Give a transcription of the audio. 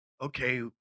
Okay